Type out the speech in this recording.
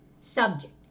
Subject